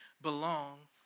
belong